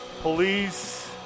police